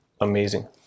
amazing